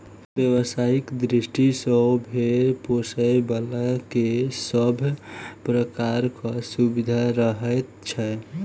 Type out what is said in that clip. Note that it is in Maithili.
व्यवसायिक दृष्टि सॅ भेंड़ पोसयबला के सभ प्रकारक सुविधा रहैत छै